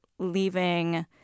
leaving